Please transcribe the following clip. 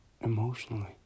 emotionally